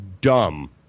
dumb